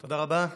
תודה רבה.